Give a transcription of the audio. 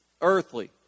Earthly